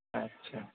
अच्छा